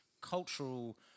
cultural